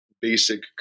basic